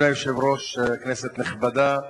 אדוני היושב-ראש, כנסת נכבדה,